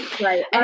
Right